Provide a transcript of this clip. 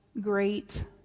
great